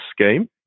scheme